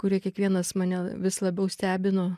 kurie kiekvienas mane vis labiau stebino